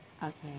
okay